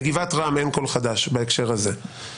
בגבעת רם אין כל חדש בהקשר הזה.